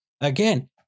again